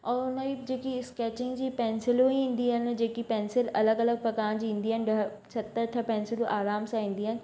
और उन ई जेकी स्केचिंग जी पेंसिलूं ईंदी आहिनि जेकी पेंसिल अलॻि अलॻि प्रकारनि जी ईंदी आहिनि ॾह सत अठ पेंसिलूं आराम सां ईंदी आहिनि